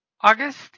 August